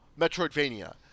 Metroidvania